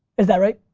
is that right?